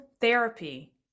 therapy